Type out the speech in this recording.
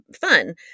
fun